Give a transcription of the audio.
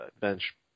Bench